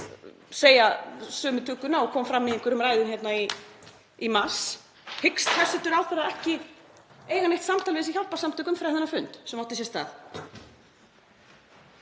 segja sömu tugguna og kom fram í einhverjum ræðum hérna í mars. Hyggst hæstv. ráðherra ekki eiga neitt samtal við hjálparsamtök umfram þennan fund sem átti sér stað?